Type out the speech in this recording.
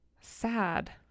sad